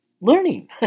learning